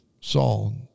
Saul